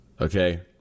Okay